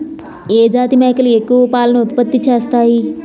ఏ జాతి మేకలు ఎక్కువ పాలను ఉత్పత్తి చేస్తాయి?